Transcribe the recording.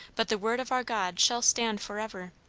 but the word of our god shall stand for ever